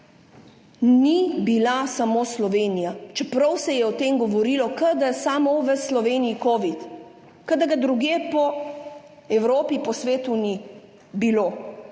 ni bila samo Slovenija, čeprav se je o tem govorilo, kot da je samo v Sloveniji covid, kot da ga drugje po Evropi in po svetu ni bilo.